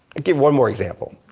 give one more example.